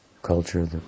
culture